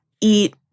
eat